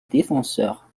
défenseur